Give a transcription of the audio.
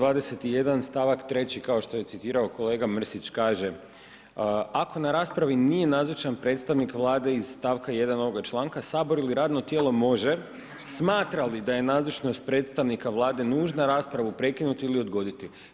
Dakle čl. 121. st. 3. kao što je citirao kolega Mrsić kaže: „Ako na raspravi nije nazočan predstavnik Vlade iz st. 1. ovoga članka Sabor ili radno tijelo može smatra li da je nazočnost predstavnika Vlade nužna raspravu prekinuti ili odgoditi.